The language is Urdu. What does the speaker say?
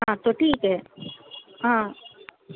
ہاں تو ٹھیک ہے ہاں